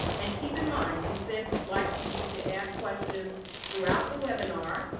and keep in mind, we said we'd like for you to ask questions throughout the webinar.